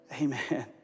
amen